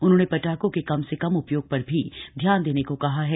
उन्होंने पटाखों के कम से कम उपयोग पर भी ध्यान देने को कहा है